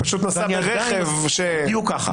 הוא פשוט נסע ברכב --- בדיוק ככה.